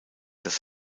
das